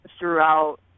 Throughout